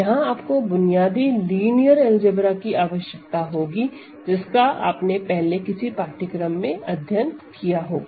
यहां आपको बुनियादी लिनियर अलजेब्रा की आवश्यकता होगी जिसका आपने पहले किसी पाठ्यक्रम में अध्ययन किया होगा